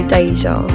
Deja